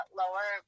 lower